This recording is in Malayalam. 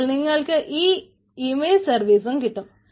അപ്പോൾ നിങ്ങൾക്ക് ഈ ഇമേജ് സർവീസ് കിട്ടും